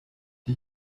die